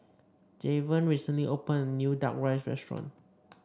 Javen recently opened a new Duck Rice Restaurant